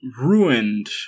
ruined